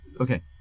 okay